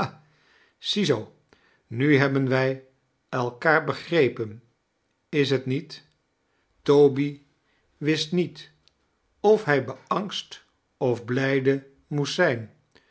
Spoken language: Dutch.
ziezoo mi hebben wij elkaar begrepen is t niet toby wist niet of hij beangst of blijde moest zijn